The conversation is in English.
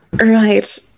Right